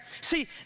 See